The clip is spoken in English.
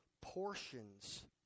portions